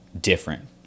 different